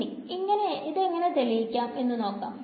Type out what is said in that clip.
ഇനി ഇതെങ്ങനെ തെളിയിക്കാം എന്നു നോക്കാം